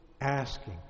asking